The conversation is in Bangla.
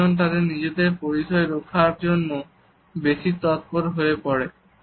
লোকজন তাদের নিজেদের পরিসর রক্ষার জন্য বেশি তৎপর হয়ে পড়ে